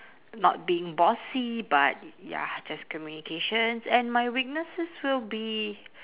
not being bossy but ya just communications and my weaknesses will be